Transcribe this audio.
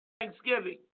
thanksgiving